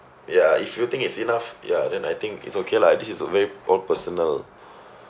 ya if you think it's enough ya then I think it's okay lah this is a very all personal